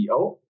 CEO